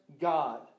God